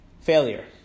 Failure